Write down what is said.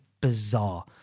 bizarre